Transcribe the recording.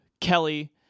Kelly